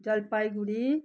Jalpaiguri